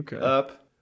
up